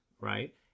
Right